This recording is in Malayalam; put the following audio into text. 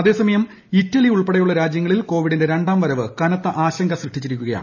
അതേസമയം ഇറ്റലി ഉൾപ്പെടെയുള്ള രാജൃങ്ങളിലെ കോവിഡിന്റെ രണ്ടാംവരവ് കനത്ത ആശങ്ക സൃഷ്ടിച്ചിരിക്കുകയാണ്